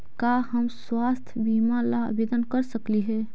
का हम स्वास्थ्य बीमा ला आवेदन कर सकली हे?